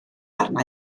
arna